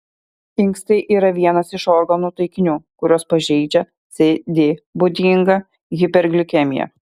inkstai yra vienas iš organų taikinių kuriuos pažeidžia cd būdinga hiperglikemija